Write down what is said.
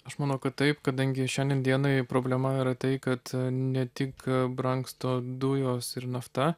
aš manau kad taip kadangi šiandien dienai problema yra tai kad ne tik brangsta dujos ir nafta